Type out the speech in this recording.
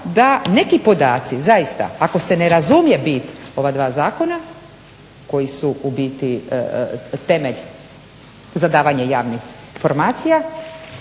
da neki podaci zaista ako se ne razumije bit ova dva zakona koji su u biti temelj za davanje javnih informacija